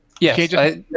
Yes